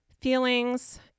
feelings